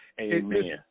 Amen